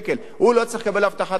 הוא לא צריך לקבל הבטחת הכנסה?